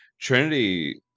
Trinity